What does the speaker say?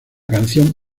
canción